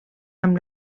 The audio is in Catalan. amb